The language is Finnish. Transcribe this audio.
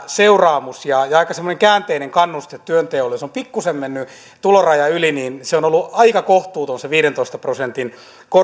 seuraamus ja aika semmoinen käänteinen kannuste työnteolle jos on pikkusen mennyt tulorajan yli niin on ollut aika kohtuuton se viidentoista prosentin